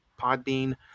Podbean